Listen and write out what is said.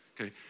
okay